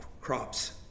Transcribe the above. crops